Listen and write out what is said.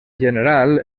general